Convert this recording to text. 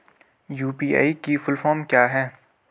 UPI की full form क्या है?